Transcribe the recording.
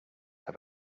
have